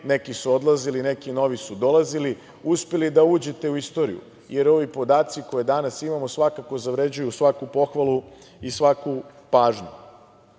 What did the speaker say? neki su odlazili, neki novi su dolazili, uspeli da uđete u istoriju, jer ovi podaci koje danas imamo svakako zavređuju svaku pohvalu i svaku pažnju.U